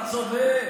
אתה צודק.